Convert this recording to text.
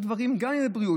אלו דברים, גם זו בריאות.